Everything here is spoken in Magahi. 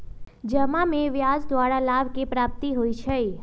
जमा में ब्याज द्वारा लाभ के प्राप्ति होइ छइ